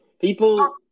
people